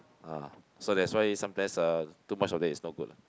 ah so that's why sometimes uh too much of it is not good